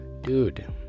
Dude